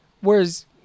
Whereas